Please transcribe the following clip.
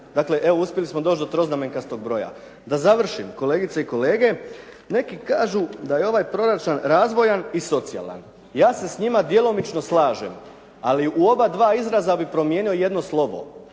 Dakle evo uspjeli smo doći do troznamenkastog broja. Da završim kolegice i kolege neki kažu da je ovaj proračun razvojan i socijalan. Ja se s njima djelomično slažem, ali u obadva izraza bih promijenio jedno slovo.